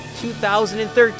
2013